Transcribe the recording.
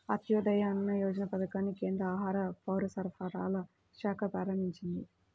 అంత్యోదయ అన్న యోజన పథకాన్ని కేంద్ర ఆహార, పౌరసరఫరాల శాఖ ప్రారంభించింది